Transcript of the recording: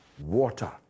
water